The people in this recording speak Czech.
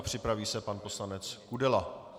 Připraví se pan poslanec Kudela.